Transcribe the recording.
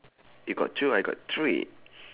you got two I got three